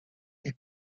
est